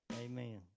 amen